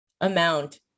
amount